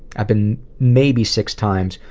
i've been maybe six times,